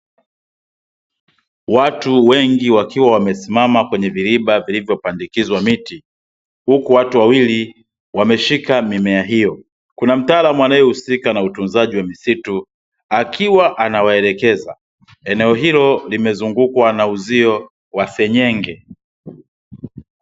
Watu wengi wakiwa wamesimama kwenye viriba vilivyopandikizwa miti huku watu wawili wameshika mimea hiyo, kuna mtaalamu anayehusika na utunzaji wa misitu akiwa anawaelekeza, eneo hilo limezungukwa na uzio wa senyenge.